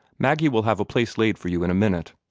maggie will have a place laid for you in a minute.